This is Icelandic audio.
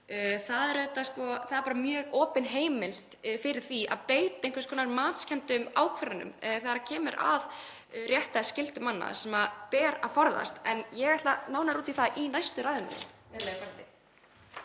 það er bara mjög opin heimild fyrir því að beita einhvers konar matskenndum ákvörðunum þegar kemur að rétti eða skyldu manna sem ber að forðast. En ég ætla að fara nánar út í það í næstu ræðu